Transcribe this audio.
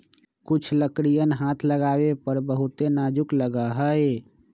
कुछ लकड़ियन हाथ लगावे पर बहुत नाजुक लगा हई